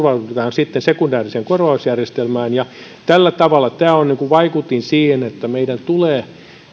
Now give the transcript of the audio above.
sitten sekundaariseen korvausjärjestelmään tällä tavalla tämä on vaikutin siihen että meidän tulee